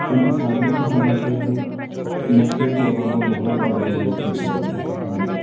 ਇਹਨਾਂ ਸਾਰੀਆਂ ਥਾਵਾਂ 'ਤੇ ਹੀ ਮੱਛਲੀ ਚੌਲਾਂ ਦਾ ਬਹੁਤ ਜ਼ਿਆਦਾ ਯੂਜ਼ ਕੀਤਾ ਜਾਂਦਾ ਹੈ ਖਾਣ ਲਈ